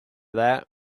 that